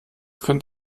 könnt